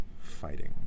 fighting